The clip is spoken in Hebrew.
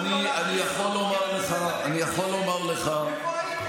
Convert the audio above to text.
אני יכול לומר לך, איפה הייתם?